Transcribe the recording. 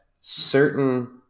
certain